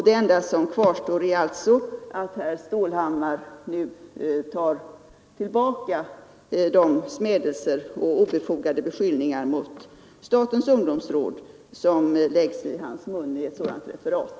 Det enda som återstår är att herr Stålhammar nu tar tillbaka de smädelser och obefogade beskyllningar mot statens ungdomsråd som lagts i hans mun i ett referat.